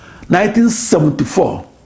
1974